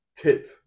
tip